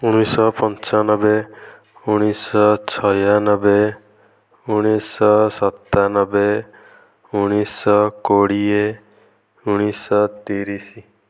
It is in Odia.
ଉଣେଇଶହ ପଞ୍ଚାନବେ ଉଣେଇଶହ ଛୟାନବେ ଉଣେଇଶହ ସତାନବେ ଉଣେଇଶହ କୋଡ଼ିଏ ଉଣେଇଶହ ତିରିଶ